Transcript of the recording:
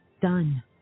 done